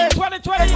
2020